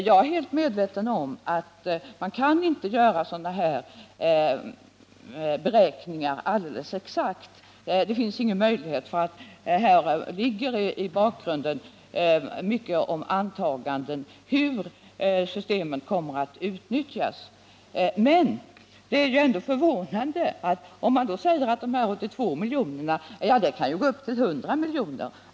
Jag är helt medveten om att sådana här beräkningar inte kan bli exakta — man vet inte hur systemet kommer att utnyttjas. Det sägs alltså att de här 82 miljonerna kan springa upp till 100 miljoner.